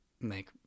make